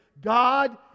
God